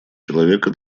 человека